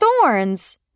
thorns